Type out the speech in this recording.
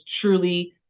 truly